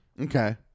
okay